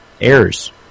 Errors